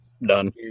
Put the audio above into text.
done